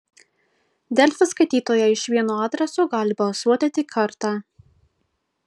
delfi skaitytojai iš vieno adreso gali balsuoti tik kartą